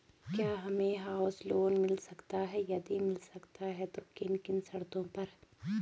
क्या हमें house loan मिल सकता है यदि मिल सकता है तो किन किन शर्तों पर?